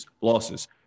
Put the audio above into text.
losses